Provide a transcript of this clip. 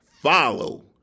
follow